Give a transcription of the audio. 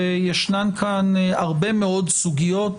וישנן כאן הרבה מאוד סוגיות